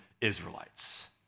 Israelites